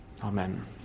Amen